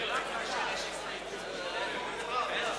אדוני היושב-ראש, תודה.